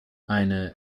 eine